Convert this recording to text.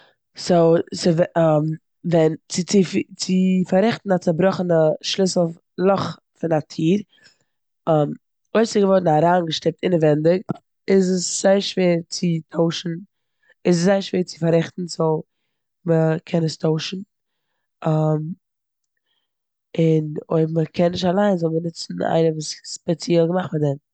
סאו סווע- ווען- צו פאררעכטן א ציבראכענע שליסל לאך פון א טיר, אויב ס'געווארן אריינגעשטיפט אינעווענדיג איז עס זייער שווער צו טוישן- איז עס זייער שווער צו פאררעכטן סאו מ'קען עס טוישן און אויב מ'קען נישט אליין זאל מען נוצן איינער וואס איז ספעציעל געמאכט פאר דעם.